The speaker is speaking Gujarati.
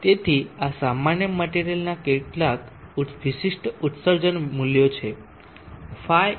તેથી આ સામાન્ય મટેરીયલના કેટલાક વિશિષ્ટ ઉત્સર્જન મૂલ્યો છે